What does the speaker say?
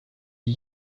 die